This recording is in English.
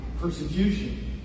Persecution